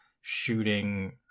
shooting